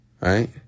Right